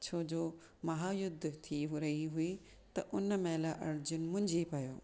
छो जो महायुद्ध थी रही हुईं त हुन महिल अर्जुन मुंझी पियो